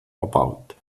erbaut